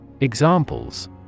Examples